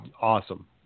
Awesome